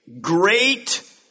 great